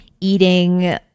eating